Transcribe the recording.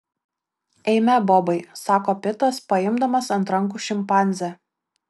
eime bobai sako pitas paimdamas ant rankų šimpanzę